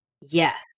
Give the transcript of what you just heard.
Yes